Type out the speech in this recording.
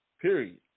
period